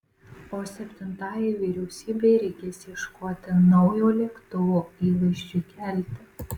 o septintajai vyriausybei reikės ieškoti naujo lėktuvo įvaizdžiui kelti